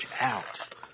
out